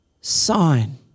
Sign